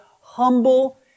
humble